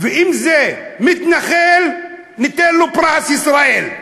ואם זה מתנחל ניתן לו פרס ישראל.